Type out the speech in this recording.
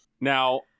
Now